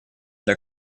для